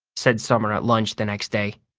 said summer at lunch the next day.